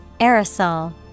Aerosol